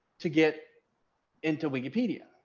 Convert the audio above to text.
to get into wikipedia,